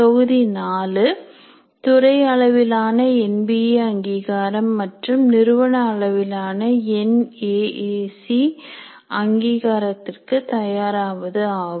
தொகுதி 4 துறை அளவிலான என்பி ஏ அங்கீகாரம் மற்றும் நிறுவன அளவிலான என்ஏஏசி அங்கீகாரத்திற்கு தயாராவது ஆகும்